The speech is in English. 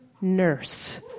nurse